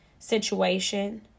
situation